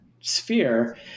sphere